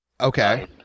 Okay